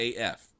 AF